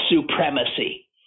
supremacy